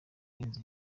inzu